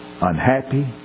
unhappy